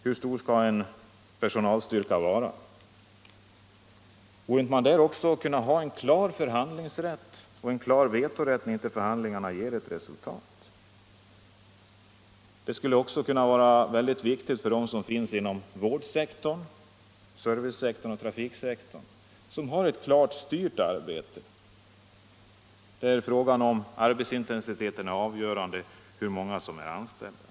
Hur stor skall en personalstyrka vara? Borde inte de anställda också där ha en klar förhandlingsrätt och en klar vetorätt, om inte förhandlingarna ger resultat? Det skulle också vara viktigt för den personal som finns inom vård-, service och trafiksektorn, vilka har ett styrt arbete där arbetsintensiteten är avhängig av hur många som är anställda.